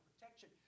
protection